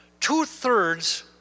two-thirds